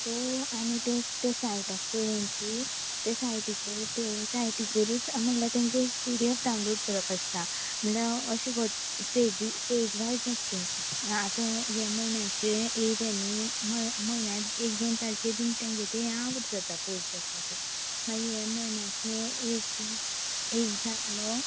so आनीक तें site आसा पळय तेंची तें सायटीचेर ते सायटीचेरच म्हणल्यार तेंगे ते पी डी एफ डावनलोड करप आसता म्हणल्यार अशें गो स्टेज वायज आसता तें आतां ह्या म्हयन्याचें एक हें न्ही म्ह म्हयन्या एक दोन तारकेर तांगे पोस्ट आवट जाता पोस्ट आसा ते मागीर ह्या म्हयन्याचे एक एक जालो